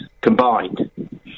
combined